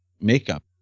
makeup